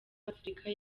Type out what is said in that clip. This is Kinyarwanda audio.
afurika